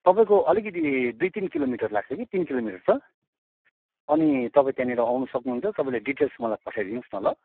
तपाईँको अलिकति दुई तिन किलोमिटर लाग्छ कि तिन किलोमिटर छ अनि तपाईँ त्यहाँनिर आउनु सक्नुहुन्छ तपाईँले डिटेल्स मलाई पठाइदिनुहोस् न ल